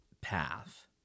path